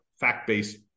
fact-based